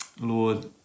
Lord